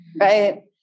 right